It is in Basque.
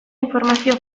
informazio